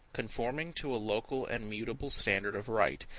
conforming to a local and mutable standard of right.